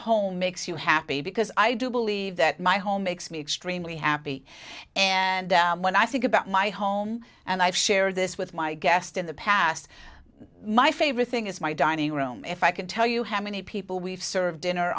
home makes you happy because i do believe that my home makes me extremely happy and when i think about my home and i've shared this with my guest in the past my favorite thing is my dining room if i can tell you how many people we've served dinner